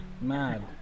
Mad